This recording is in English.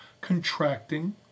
contracting